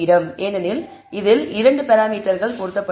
ஏனெனில் அதில் 2 பராமீட்டர்கள் பொருத்தப்பட்டுள்ளன